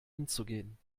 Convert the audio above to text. umzugehen